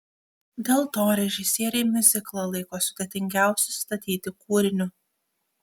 dėl to režisieriai miuziklą laiko sudėtingiausiu statyti kūriniu